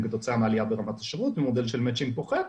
כתוצאה מעלייה ברמת השירות במודל של מצ'ינג פוחת,